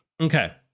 Okay